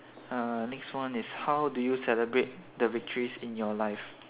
uh next one is how do you celebrate the victories in your life